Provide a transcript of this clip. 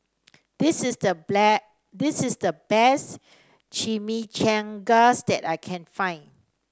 this is the this is the best Chimichangas that I can find